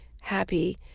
happy